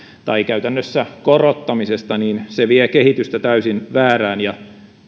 tai käytännössä korottamisesta vie kehitystä täysin väärään ja